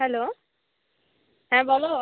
hello হ্যাঁ বলো